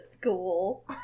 school